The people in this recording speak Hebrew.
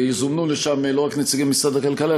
יזומנו לשם לא רק נציגים ממשרד הכלכלה,